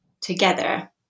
Together